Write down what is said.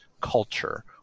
culture